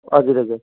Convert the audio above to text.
हजुर हजुर